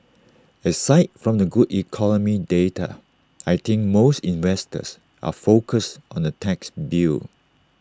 aside from the good economic data I think most investors are focused on the tax bill